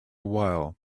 while